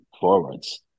forwards